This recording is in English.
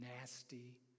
nasty